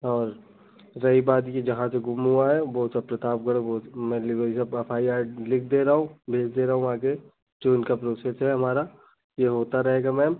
और रही बात यह जहाँ से गुम हुआ है वह सब प्रतापगढ़ में एफ आइ आर लिख दे रहा हूँ लिख दे रहा हूँ आगे जो उनका प्रोसेस है हमारा यह होता रहेगा मैम